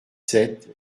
sept